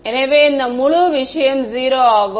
எனவே இந்த முழு விஷயம் 0 ஆகும்